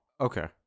okay